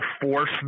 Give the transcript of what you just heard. force